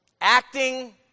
Acting